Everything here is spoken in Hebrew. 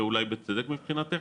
ואולי בצדק מבחינתך,